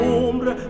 ombre